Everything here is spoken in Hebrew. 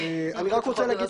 אני רק אומר,